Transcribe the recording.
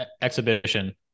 exhibition